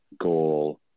goal